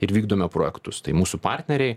ir vykdome projektus tai mūsų partneriai